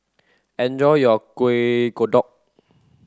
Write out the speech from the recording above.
enjoy your Kuih Kodok